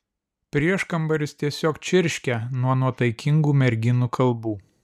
prieškambaris tiesiog čirškia nuo nuotaikingų merginų kalbų